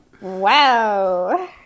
Wow